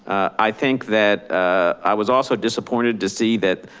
i think that i was also disappointed to see that